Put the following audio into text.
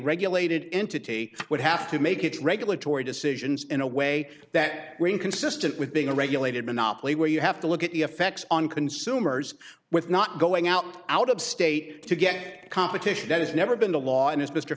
regulated entity would have to make its regulatory decisions in a way that are inconsistent with being a regulated monopoly where you have to look at the effects on consumers with not going out and out of state to get competition that has never been the law and